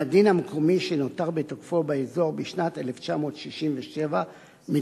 על הדין המקומי שנותר בתוקפו באזור משנת 1967 מתווספת